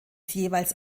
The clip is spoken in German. jeweils